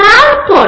তারপরে